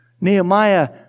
Nehemiah